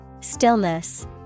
Stillness